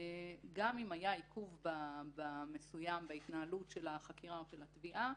גם אם היה עיכוב מסוים בהתנהלות של החקירה או התביעה,